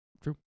True